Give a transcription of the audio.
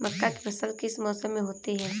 मक्का की फसल किस मौसम में होती है?